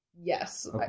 Yes